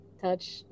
Touch